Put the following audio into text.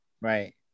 Right